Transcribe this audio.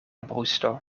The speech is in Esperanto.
brusto